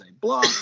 blah